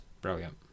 brilliant